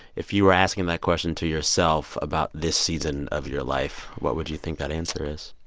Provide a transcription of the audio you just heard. if you were asking that question to yourself about this season of your life, what would you think that answer is?